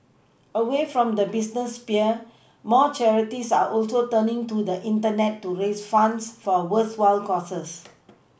away from the business sphere more charities are also turning to the Internet to raise funds for worthwhile causes